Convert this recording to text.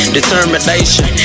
Determination